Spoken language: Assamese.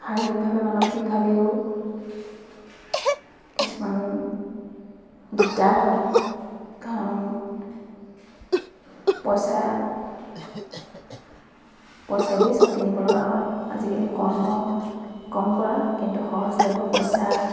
শাৰীৰিকভাৱে মানসিকভাৱেও কিছুমান দিগদাৰ হয় কাৰণ পইচা পইচা দিয়ে চব কিনিবলগা হয় আজিকালি কৰ্ম কম কৰা কিন্তু সহজলভ্য পইচা